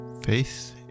Faith